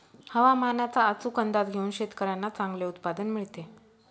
हवामानाचा अचूक अंदाज घेऊन शेतकाऱ्यांना चांगले उत्पादन मिळते